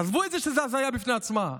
עזבו, זו הזיה בפני עצמה,